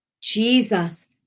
Jesus